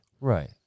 Right